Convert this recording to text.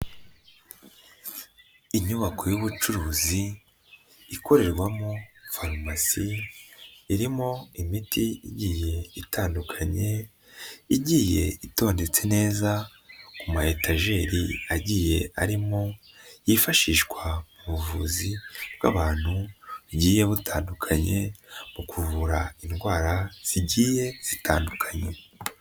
Inyubako y'ubucuruzi, ikorerwamo farumasi irimo imiti igihe itandukanye, igiye itondetse neza, ku maetageri agiye arimo yifashishwa mu buvuzi bw'abantu bugiye butandukanye, mu kuvura indwara, zigiye zitandukanye.